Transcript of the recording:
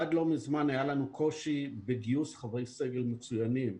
עד לא מזמן היה לנו קושי בגיוס חברי סגל מצוינים.